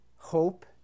Hope